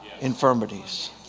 infirmities